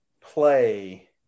play